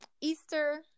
Easter